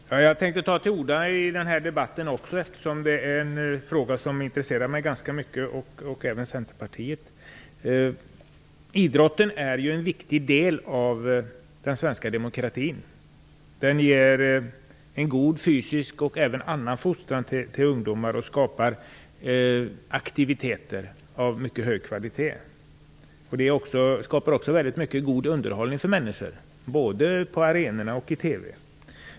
Herr talman! Jag tänkte ta till orda i debatten, eftersom den gäller en fråga som intresserar mig och även Centerpartiet ganska mycket. Idrotten är en viktig del av den svenska demokratin. Den ger en god fysisk och även annan fostran till ungdomar och skapar aktiviteter av mycket hög kvalitet. Den skapar också mycket god underhållning både på arenorna och i TV.